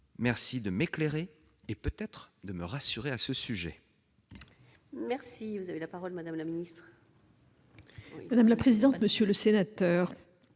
Merci de m'éclairer et peut-être de me rassurer à ce sujet.